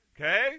Okay